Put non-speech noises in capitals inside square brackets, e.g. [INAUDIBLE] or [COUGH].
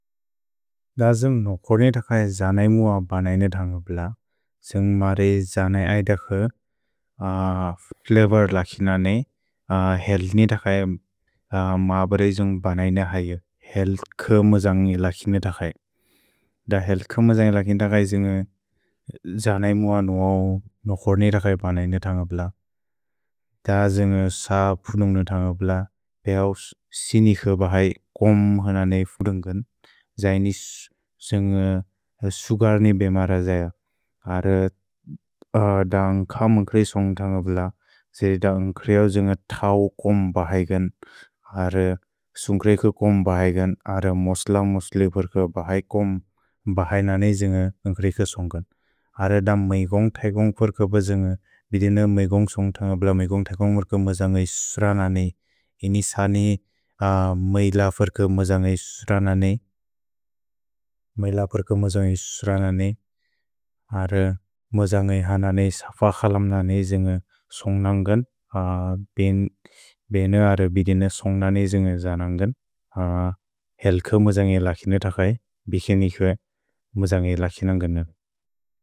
द द्जिन् नोकोर्ने तखै जनै मुअ बनै नतन्ग प्ल। त्सन्ग् मरे जनै ऐद खु क्लेवर् लकिनने हेल्नि तखै मबरे द्जुन्ग् बनै न हयु हेल् कम जनै लकिन तखै। द हेल् कम जनै लकिन तखै जनै मुअ नुअ नोकोर्ने तखै बनै नतन्ग प्ल। द द्जिन् सा प्रुदुन्ग् नतन्ग प्ल। द पिऔ सिनिख बहै कोम्ह ननै प्रुदुन्गन्। जैनिस् त्सन्ग् सुगर्नि बेमर जय। अर द न्ग्खम् न्ग्क्रे सोन्ग् तन्ग प्ल। जेरि द न्ग्क्रिओ जनै तौ कोम् बहैगन्। अर सुन्ग्क्रेक [HESITATION] कोम् बहैगन्। अर [HESITATION] मोस्ल मोस्ले फर्क बहै कोम् बहै ननै जनै न्ग्क्रेक सोन्ग्कन्। अर द मै गोन्ग् थै गोन्ग् फर्क ब द्जुन्ग्। भिदे न मै गोन्ग् सोन्ग् तन्ग प्ल। मै गोन्ग् [HESITATION] थै गोन्ग् फर्क म जनै सुर ननै। इनि सनि मै ल फर्क म जनै सुर ननै। अर म जनै हन ननै सफ खलम् ननै जुन्ग् सोन्ग् नन्गन्। महिल वोर्केर् [HESITATION] महिल वोर्केर् बेनु अर बिदे न सोन्ग् ननि जुन्ग् जनन्गन्। हेल्को मुजन्गि लकिनु तखै। भिकिन् इक्वे मुजन्गि लकिनन्गन।